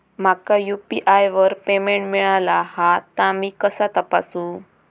माका यू.पी.आय वर पेमेंट मिळाला हा ता मी कसा तपासू?